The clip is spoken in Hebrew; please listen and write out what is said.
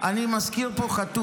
קרויזר, אני מזכיר פה חטוף.